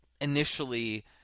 initially